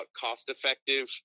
cost-effective